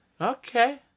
Okay